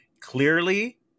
clearly